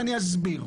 ואני אסביר.